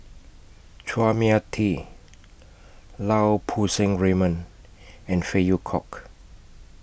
Chua Mia Tee Lau Poo Seng Raymond and Phey Yew Kok